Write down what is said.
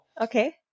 Okay